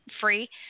free